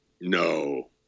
No